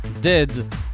Dead